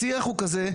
השיח הוא כזה,